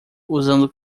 usando